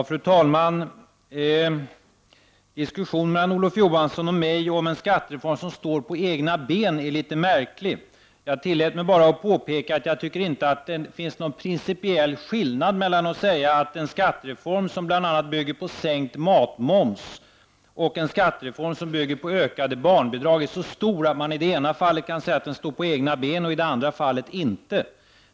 Fru talman! Diskussionen mellan Olof Johansson och mig om en skattereform som står på egna ben är litet märklig. Jag tillät mig att påpeka att jag tycker inte att det finns någon principiell skillnad mellan att säga att en skattereform som bl.a. bygger på sänkt matmoms och en skattereform som bygger på ökade barnbidrag är så stor att man i det ena fallet kan säga att den står på egna ben och i det andra fallet inte.